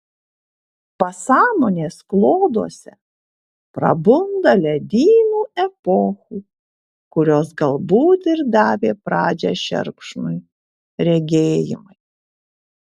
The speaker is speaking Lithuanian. pasąmonės kloduose prabunda ledynų epochų kurios galbūt ir davė pradžią šerkšnui regėjimai